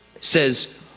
says